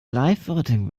livevoting